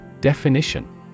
Definition